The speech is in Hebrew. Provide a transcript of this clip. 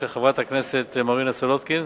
של חברת הכנסת מרינה סולודקין.